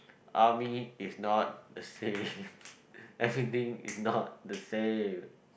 army is not the same everything is not the same